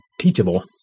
teachable